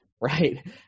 right